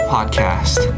Podcast